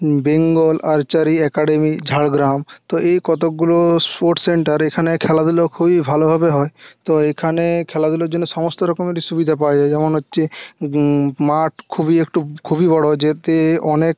Bengal archery academy Jhargram তো এই কতকগুলো স্পোর্টস সেন্টার এখানে খেলাধুলো খুবই ভালোভাবে হয় তো এখানে খেলাধুলোর জন্য সমস্ত রকমেরই সুবিধা পাওয়া যায় যেমন হচ্ছে মাঠ খুবই একটু খুবই বড়ো যেতে অনেক